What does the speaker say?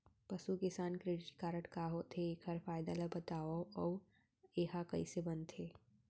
पसु किसान credit card का होथे, एखर फायदा ला बतावव अऊ एहा कइसे बनथे?